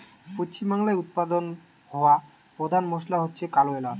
পশ্চিমবাংলায় উৎপাদন হওয়া পোধান মশলা হচ্ছে কালো এলাচ